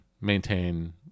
maintain